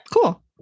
cool